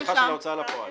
שכר טרחה של הוצאה לפועל.